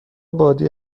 بادی